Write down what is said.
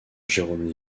jérôme